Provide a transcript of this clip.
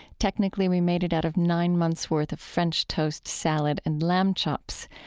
technically, we made it out of nine months' worth of french toast, salad, and lamb chops.